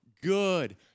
good